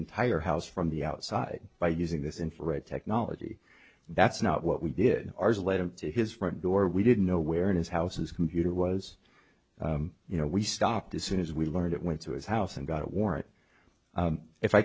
entire house from the outside by using this infrared technology that's not what we did ours led him to his front door we didn't know where in his houses computer was you know we stopped as soon as we learned it went to his house and got a warrant if i